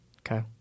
Okay